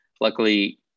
Luckily